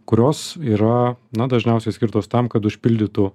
kurios yra na dažniausiai skirtos tam kad užpildytų